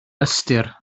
ystyr